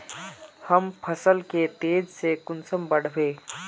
हम फसल के तेज से कुंसम बढ़बे?